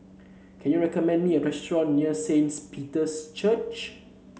can you recommend me a restaurant near Saint Peter's Church